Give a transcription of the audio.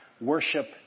worship